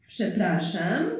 Przepraszam